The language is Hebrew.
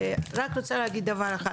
ורק רוצה להגיד דבר אחד.